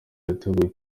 yateguwe